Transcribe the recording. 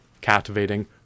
captivating